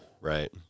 Right